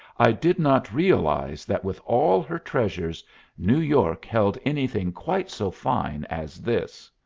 i did not realize that with all her treasures new york held anything quite so fine as this.